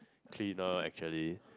cleaner actually